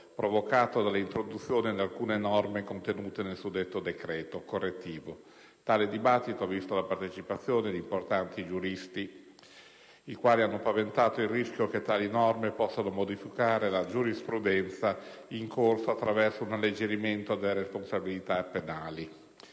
provocato dall'introduzione di alcune norme contenute nel suddetto decreto correttivo. Tale dibattito ha visto la partecipazione di importanti giuristi, i quali hanno paventato il rischio che tali norme possano modificare la giurisprudenza, attraverso un alleggerimento delle responsabilità penali,